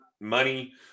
money